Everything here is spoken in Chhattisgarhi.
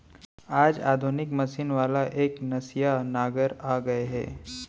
आज आधुनिक मसीन वाला एकनसिया नांगर आ गए हे